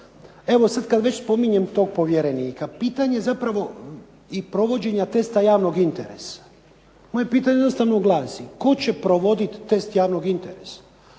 Evo sada kada već spominjem tog povjerenika, pitanje provođenja testa javnog interesa. Moje pitanje jednostavno glasi tko će provoditi test javnog interesa.